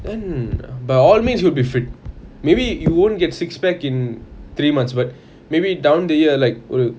then by all means you'll be fit maybe you wouldn't get six pack in three months but maybe down the year like ஒரு:oru